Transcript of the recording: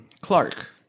Clark